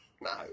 no